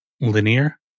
linear